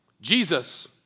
Jesus